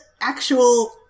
actual